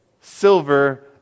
silver